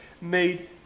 made